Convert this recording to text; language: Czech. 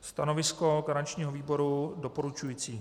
Stanovisko garančního výboru je doporučující.